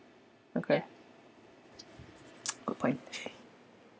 okay good point